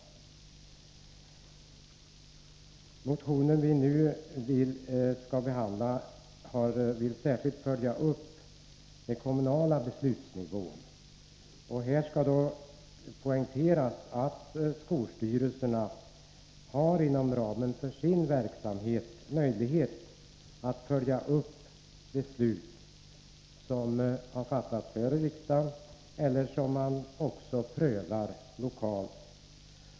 Den motion vi nu behandlar vill särskilt följa upp besluten på den kommunalpolitiska nivån. Här skall då poängteras att skolstyrelserna inom ramen för sin verksamhet har möjlighet att följa upp de beslut som har fattats här i riksdagen eller som man fattat lokalt.